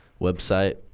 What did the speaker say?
website